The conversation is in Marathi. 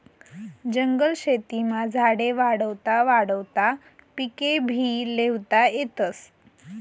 जंगल शेतीमा झाडे वाढावता वाढावता पिकेभी ल्हेता येतस